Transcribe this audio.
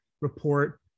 report